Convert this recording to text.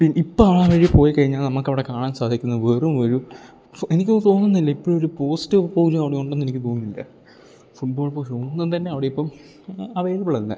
ഇപ്പം ആ വഴി പോയിക്കഴിഞ്ഞാൽ നമുക്കവിടെ കാണാൻ സാധിക്കുന്നത് വെറുമൊരു എനിക്കൊന്നും തോന്നുന്നില്ല ഇപ്പോഴൊരു പോസ്റ്റോ പോലും അവിടെ ഉണ്ടെന്ന് എനിക്ക് തോന്നുന്നില്ല ഫുട്ബോൾ പോസ്റ്റോ ഒന്നും തന്നെ അവിടെ ഇപ്പം അവൈലബിളല്ല